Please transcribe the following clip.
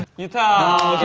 utah!